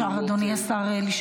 -- אדוני השר,